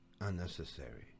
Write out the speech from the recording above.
unnecessary